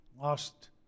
lost